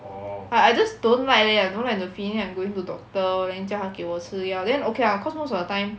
I I just don't like leh I don't like the feeling of going to doctor then 叫他给我吃药 then okay lah cause most of the time